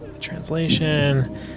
translation